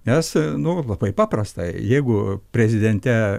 nes nu labai paprasta jeigu prezidente